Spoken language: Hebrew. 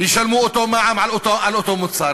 ישלם אותו מע"מ על אותו מוצר.